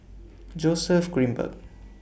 Joseph Grimberg